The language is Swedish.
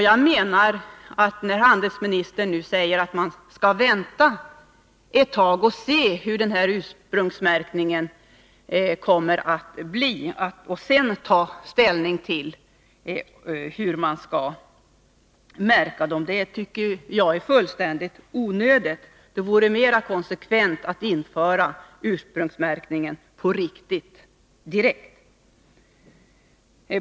Jag menar att handelsministerns uttalande om att man skall vänta ett tag och se hur denna ursprungsmärkning kommer att bli innan ställning tas till hur märkningen skall ske, är fullständigt onödigt. Det vore mera konsekvent att direkt införa ursprungsmärkningen på ett riktigt sätt.